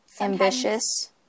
Ambitious